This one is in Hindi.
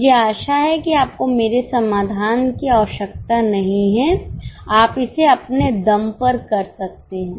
मुझे आशा है कि आपको मेरे समाधान की आवश्यकता नहीं है आप इसे अपने दम पर कर सकते हैं